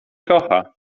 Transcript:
kocha